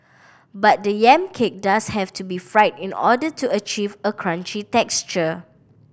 but the yam cake does have to be fried in order to achieve a crunchy texture